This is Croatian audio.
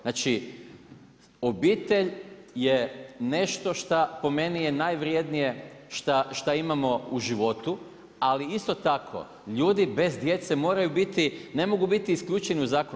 Znači obitelj je nešto šta je po meni najvrjednije šta imamo u životu, ali isto tako ljudi bez djece moraju biti ne mogu biti isključeni u zakonu.